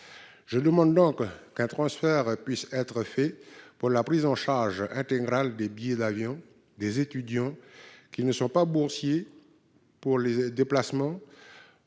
Je demande donc un transfert de crédits tendant à permettre la prise en charge intégrale des billets d'avion des étudiants qui ne sont pas boursiers pour les déplacements